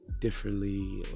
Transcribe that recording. differently